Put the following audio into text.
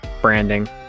branding